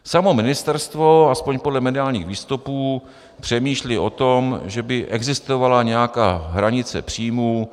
Samo ministerstvo, alespoň podle mediálních výstupů, přemýšlí o tom, že by existovala nějaká hranice příjmů.